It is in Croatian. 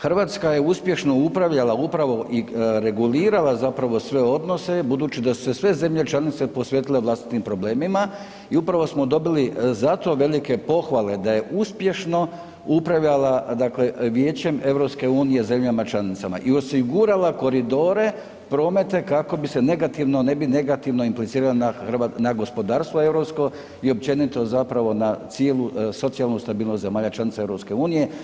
Hrvatska je uspješno upravljala upravo i regulirala zapravo sve odnose budući da su se sve zemlje članice posvetile vlastitim problemima i upravo smo dobili za to velike pohvale da je uspješno upravljala dakle Vijećem EU zemljama članicama i osigurala koridore prometa kako bi se negativno, ne bi negativno implicirali na gospodarstvo europsko i općenito zapravo na cijelu socijalnu stabilnost zemalja članica EU.